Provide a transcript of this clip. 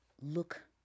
look